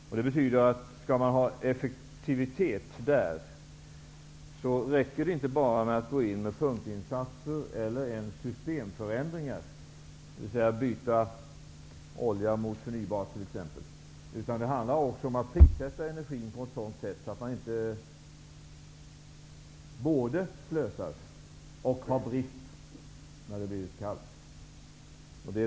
Om det skall bli effektivitet räcker det inte bara med att gå in med punktinsatser eller ens systemförändringar, dvs. att byta olja mot t.ex. förnybara energikällor. Det handlar också om att prissätta energin på ett sådant sätt att man inte både slösar och har brist när det blir kallt.